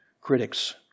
critics